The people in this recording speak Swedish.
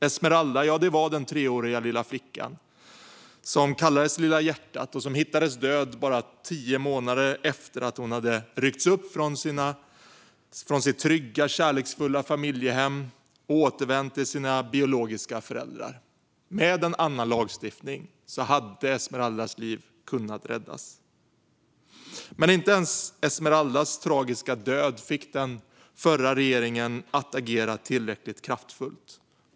Esmeralda var den treåriga lilla flicka som kallades "Lilla hjärtat" och som hittades död bara tio månader efter att hon ryckts upp från sitt trygga, kärleksfulla familjehem och återvänt till sina biologiska föräldrar. Med en annan lagstiftning hade Esmeraldas liv kunnat räddas. Dock fick inte ens Esmeraldas tragiska död den förra regeringen att agera tillräckligt kraftfullt.